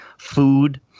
food